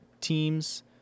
teams